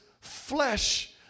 flesh